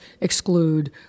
exclude